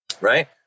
right